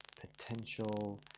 potential